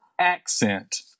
accent